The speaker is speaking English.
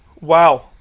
wow